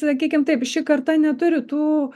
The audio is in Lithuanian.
sakykim taip ši karta neturi tų